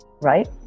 right